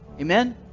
Amen